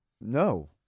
No